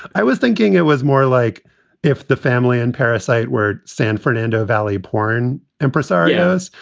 i was thinking it was more like if the family and parasite were san fernando valley porn. impresarios.